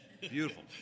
Beautiful